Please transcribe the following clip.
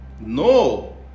no